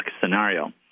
scenario